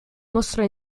mostrò